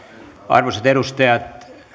arvoisat edustajat